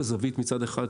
מצד אחד,